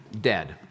dead